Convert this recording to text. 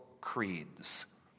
creeds